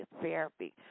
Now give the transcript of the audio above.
therapy